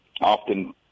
Often